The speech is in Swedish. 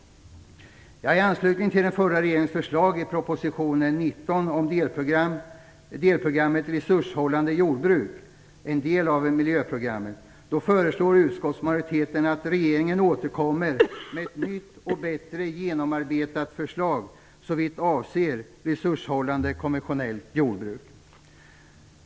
I anslutning till den förra regeringens förslag i proposition 19 om delprogrammet Resurshållande jordbruk, som är en del av miljöprogrammet, föreslår utskottsmajoriteten att regeringen skall återkomma med ett nytt och bättre genomarbetat förslag såvitt avser resurshållande konventionellt jordbruk.